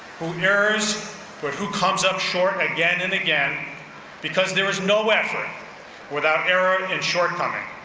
who errors but who comes up short again and again because there was no effort without error and shortcoming.